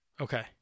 Okay